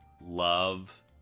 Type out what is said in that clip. love